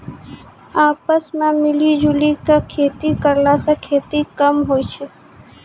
आपस मॅ मिली जुली क खेती करला स खेती कम होय छै